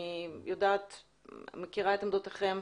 אני מכירה את עמדותיכם.